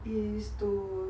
is to